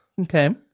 okay